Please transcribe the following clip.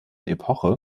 epoche